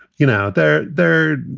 you know, they're they're,